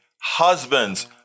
husbands